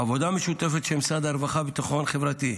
בעבודה משותפת של משרד הרווחה והביטחון החברתי,